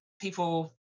people